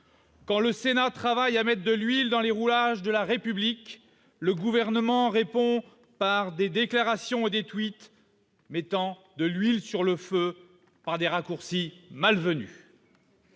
Quand le Sénat travaille à mettre de l'huile dans les rouages de la République, le Gouvernement répond par des déclarations et des tweets, jetant de l'huile sur le feu par des raccourcis malvenus.